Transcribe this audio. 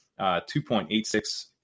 2.86